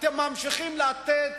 אתם הפלתם.